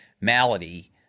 malady